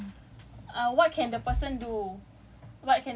jap jap and then after that like they and then we were like